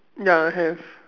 ya I have